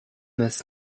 this